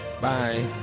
Bye